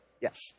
Yes